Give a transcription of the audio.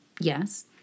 yes